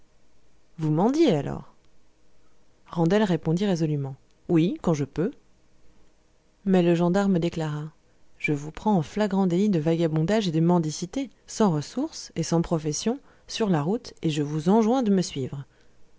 vous mendiez alors randel répondit résolument oui quand je peux mais le gendarme déclara je vous prends en flagrant délit de vagabondage et de mendicité sans ressource et sans profession sur la route et je vous enjoins de me suivre